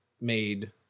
made